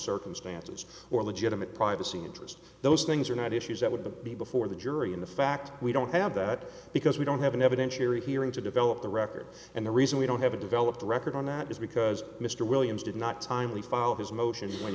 circumstances or legitimate privacy interest those things are not issues that would be before the jury in the fact we don't have that because we don't have an evidentiary hearing to develop the record and the reason we don't have a developed record on that is because mr williams did not timely file his motion when